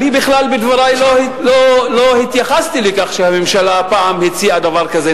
בדברי בכלל לא התייחסתי לכך שהממשלה פעם הציעה דבר כזה.